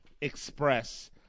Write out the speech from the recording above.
express